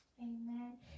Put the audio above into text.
Amen